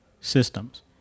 systems